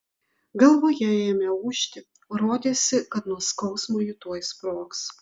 galvoje ėmė ūžti rodėsi kad nuo skausmo ji tuoj sprogs